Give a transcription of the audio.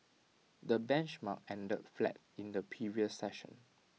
the benchmark ended flat in the previous session